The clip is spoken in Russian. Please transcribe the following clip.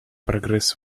прогресс